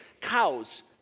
cows